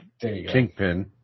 kingpin